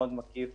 מאוד מקיף,